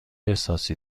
احساسی